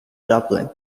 dublin